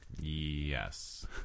Yes